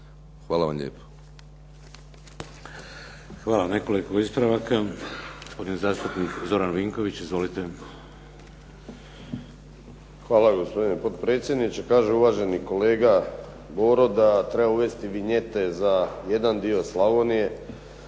Hvala vam lijepo.